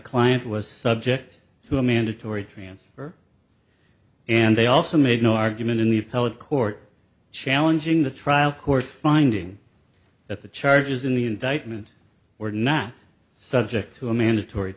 client was subject to a mandatory transfer and they also made no argument in the appellate court challenging the trial court finding that the charges in the indictment were not subject to a mandatory